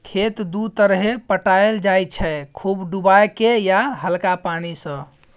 खेत दु तरहे पटाएल जाइ छै खुब डुबाए केँ या हल्का पानि सँ